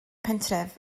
pentref